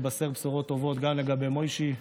נתבשר בשורות טובות גם לגבי מוישי,